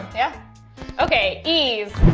yeah okay, ease.